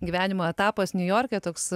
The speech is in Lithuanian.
gyvenimo etapas niujorke toks